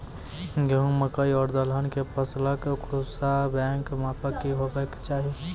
गेहूँ, मकई आर दलहन के फसलक सुखाबैक मापक की हेवाक चाही?